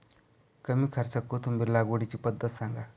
कमी खर्च्यात कोथिंबिर लागवडीची पद्धत सांगा